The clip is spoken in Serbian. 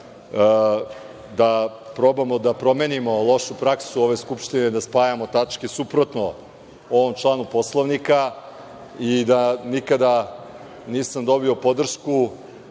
da probamo da promenimo lošu praksu ove Skupštine da spajamo tačke suprotno ovom članu Poslovnika i da nikada nisam dobio podršku